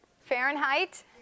Fahrenheit